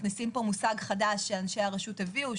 מכניסים מושג חדש שאנשי הרשות הביאו,